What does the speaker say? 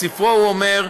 בספרו הוא אומר: